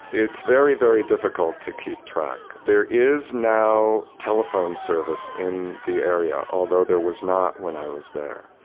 it's very, very difficult to keep track. there is now a telephone service in the area although there was not when i was there.